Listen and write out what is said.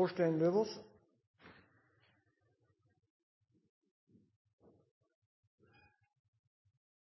å gjere det